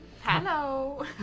Hello